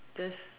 just